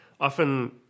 Often